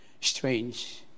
strange